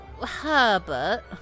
Herbert